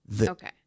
Okay